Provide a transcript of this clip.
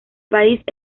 país